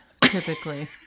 typically